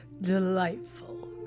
Delightful